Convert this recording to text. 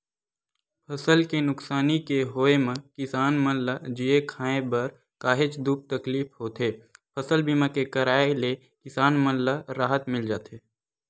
फसल के नुकसानी के होय म किसान मन ल जीए खांए बर काहेच दुख तकलीफ होथे फसल बीमा के कराय ले किसान मन ल राहत मिल जाथे